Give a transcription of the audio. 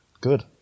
Good